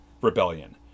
rebellion